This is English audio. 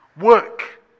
work